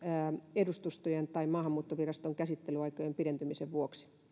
edustustojen tai maahanmuuttoviraston käsittelyaikojen pidentymisen vuoksi